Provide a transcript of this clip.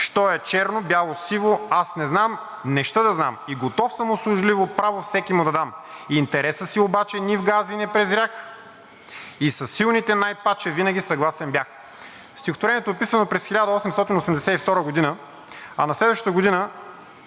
Що е бяло, черно, сиво, аз не знам – не ща да знам, и готов съм услужливо право всекиму да дам. Интереса си обаче нивга ази не презрях и със силните най-паче винаги съгласен бях.“ Стихотворението е писано през 1882 г., а на следващата година